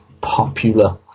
popular